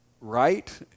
right